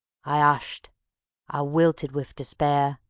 i ushed i wilted wiv despair,